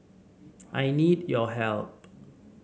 I need your help